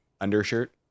undershirt